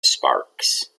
sparks